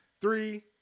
Three